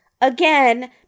Again